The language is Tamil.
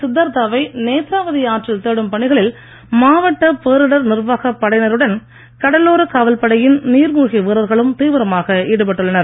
சித்தார்தாவை நேத்ராவதி ஆற்றில் தேடும் பணிகளில் மாவட்ட பேரிடர் நிர்வாகப் படையினருடன் கடலோரக் காவல் படையின் நீர்மூழ்கி வீரர்களும் தீவிரமாக ஈடுபட்டுள்ளனர்